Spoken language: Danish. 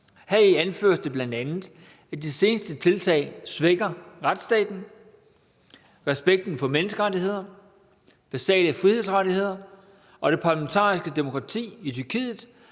Heri anføres det bl.a., at de seneste tiltag svækker retsstaten, respekten for menneskerettigheder, basale frihedsrettigheder og det parlamentariske demokrati i Tyrkiet